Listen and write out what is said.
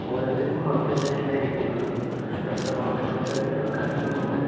ഓരോരുത്തർക്കും അവരുടേതായിട്ടുള്ള രീതിയിലുള്ള ഇഷ്ടപ്പെട്ട വാഹനങ്ങളുണ്ട് അതിനുള്ള കാരണങ്ങളുമുണ്ട്